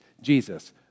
Jesus